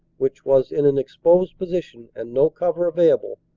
which was in an exposed position and no cover available,